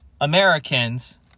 Americans